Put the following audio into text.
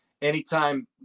Anytime